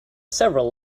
several